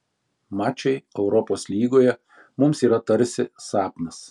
mačai europos lygoje mums yra tarsi sapnas